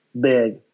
big